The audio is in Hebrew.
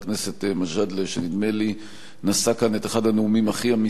שנדמה לי נשא כאן את אחד הנאומים הכי אמיצים שנשמעו כאן,